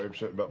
um shit but